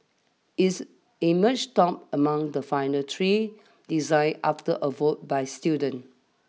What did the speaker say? its emerged top among the final three designs after a vote by students